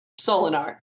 Solinar